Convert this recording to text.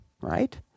right